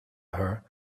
her